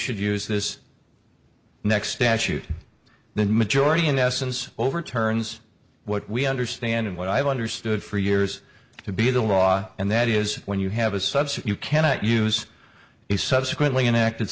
should use this next statute the majority in essence overturns what we understand and what i've understood for years to be the law and that is when you have a subset you cannot use the subsequently enacted